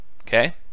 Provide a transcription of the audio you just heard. Okay